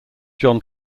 john